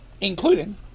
Including